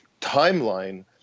timeline